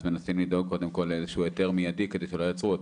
אז מנסים לדאוג קודם כל לאיזה שהוא היתר מיידי כדי שלא יעצרו אותו.